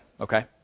Okay